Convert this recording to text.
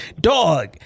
dog